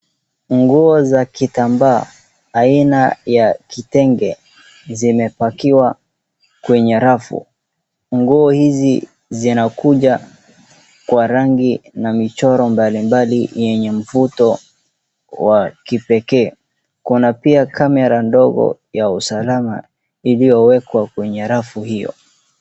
Nguo za kitambaa aina ya kitenge, zimepakiwa kwenye rafu. Nguo hizi zinakuja kwa rangi na michoro mbalimbali yenye mvuto wa kipekee. Kuna pia camera ndogo ya usalama iliyowekwa kwenye rafu hiyo.